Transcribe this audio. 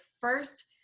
first